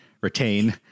retain